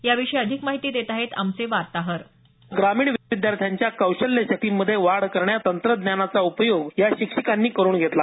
याविषयी अधिक माहिती देत आहेत आमचे वार्ताहर ग्रामीण विद्यार्थ्यांच्या कौशल्य शक्तीमध्ये वाढ करण्यात तंत्रज्ञानाचा उपयोग या शिक्षिकांनी करून घेतला